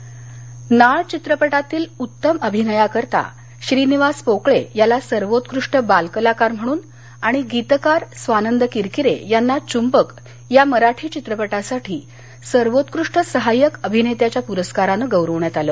नाळ चित्रपटातील उत्तम अभिनयाकरिता श्रीनिवास पोकळे याला सर्वोत्कृष्ट बालकलाकार म्हणून आणि गीतकार स्वानंद किरकिरे यांना चुंबक या मराठी चित्रपटासाठी सर्वोत्कृष्ट सहाय्यक अभिनेत्याच्या पुरस्कारानं गौरवण्यात आलं